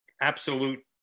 absolute